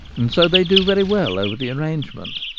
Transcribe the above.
and so they do very well over the arrangement.